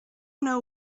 know